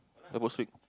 airport sleep